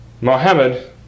Muhammad